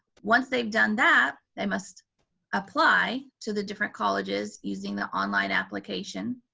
once they've done that, they must apply to the different colleges using the online application,